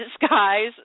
disguise